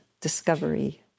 discovery